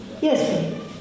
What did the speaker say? Yes